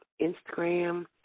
Instagram